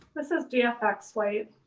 this is dfx white.